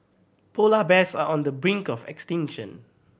polar bears are on the brink of extinction